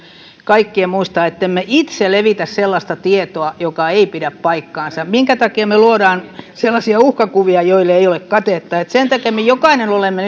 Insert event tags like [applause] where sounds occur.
kaikkien muistaa ettemme itse levitä sellaista tietoa joka ei pidä paikkaansa minkä takia me luomme sellaisia uhkakuvia joille ei ole katetta sen takia me jokainen olemme [unintelligible]